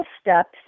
steps